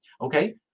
Okay